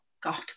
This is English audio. God